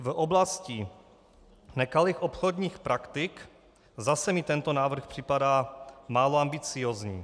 V oblasti nekalých obchodních praktik zase mi tento návrh připadá málo ambiciózní.